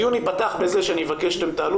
הדיון ייפתח בזה שאני אבקש שאתם תעלו